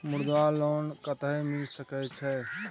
मुद्रा लोन कत्ते मिल सके छै?